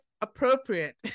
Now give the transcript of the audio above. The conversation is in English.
appropriate